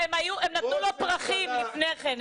הם נתנו לו פרחים לפני כן.